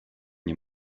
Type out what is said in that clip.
nie